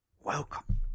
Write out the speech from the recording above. Welcome